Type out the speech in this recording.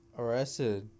arrested